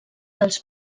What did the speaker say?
dels